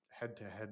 head-to-head